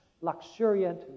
luxuriant